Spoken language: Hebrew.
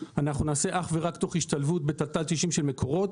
נעשה אך ורק תוך השתלבות בתת"ל 90 של מקורות.